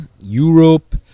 Europe